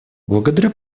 благодарю